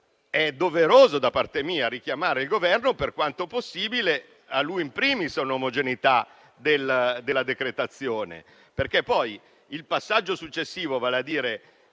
doveroso da parte mia richiamare il Governo, per quanto possibile, a garantire *in primis* un'omogeneità della decretazione. Sappiamo che il passaggio successivo, vale a dire